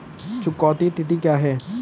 चुकौती तिथि क्या है?